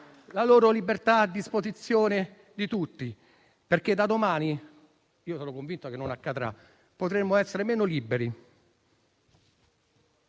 la loro libertà a disposizione di tutti, perché da domani - ma sono convinto che non accadrà - potremmo essere meno liberi.